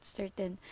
certain